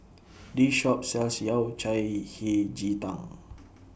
This Shop sells Yao Cai Hei Ji Tang